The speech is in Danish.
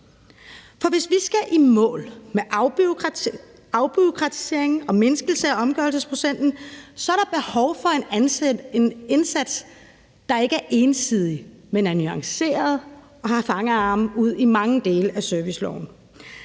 For hvis vi skal i mål med afbureaukratisering og mindskelse af omgørelsesprocenten, er der behov for en indsats, der ikke er ensidig, men er nuanceret og har fangarme ud i mange dele af serviceloven.